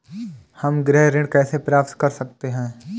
हम गृह ऋण कैसे प्राप्त कर सकते हैं?